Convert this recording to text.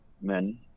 men